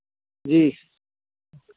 जी